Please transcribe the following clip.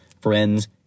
friends